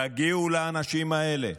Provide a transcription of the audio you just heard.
תגיעו לאנשים האלה,